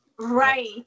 Right